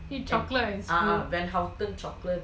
eat chocolate in school